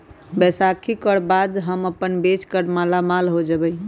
बैसाखी कर बाद हम अपन बेच कर मालामाल हो जयबई